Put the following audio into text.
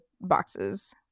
boxes